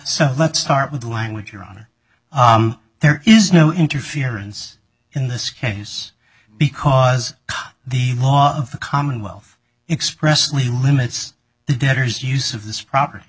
son let's start with language your honor there is no interference in this case because the law of the commonwealth expressly limits the debtor's use of this property